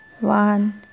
One